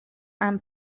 and